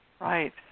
Right